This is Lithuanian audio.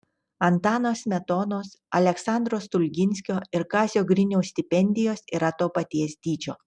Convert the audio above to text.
antano smetonos aleksandro stulginskio ir kazio griniaus stipendijos yra to paties dydžio